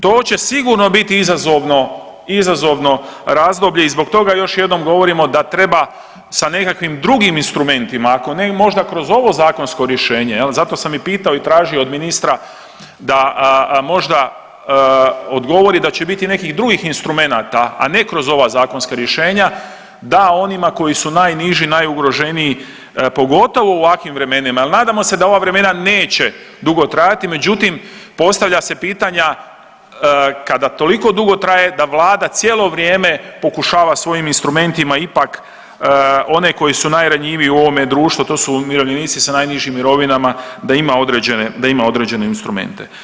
To će sigurno biti izazovno razdoblje i zbog toga još jednom govorimo da treba sa nekakvim drugim instrumentima, ako ne i možda kroz ovo zakonsko rješenje, zato sami pitao i tražio od ministra da možda odgovori da će biti i nekih drugih instrumenata, a ne kroz ova zakonska rješenja da onima koji su najniži, najugroženiji, pogotovo u ovakvim vremenima jer nadamo se da ova vremena neće dugo trajati, međutim, postavlja se pitanja kada toliko dugo traje, da Vlada cijelo vrijeme pokušava svojim instrumentima ipak one koji su najranjiviji u ovome društvu, to su umirovljenici sa najnižim mirovinama, da ima određene instrumente.